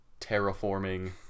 terraforming